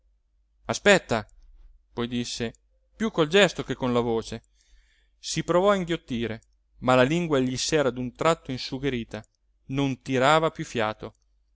aspetta poi disse piú col gesto che con la voce si provò a inghiottire ma la lingua gli s'era d'un tratto insugherita non tirava piú fiato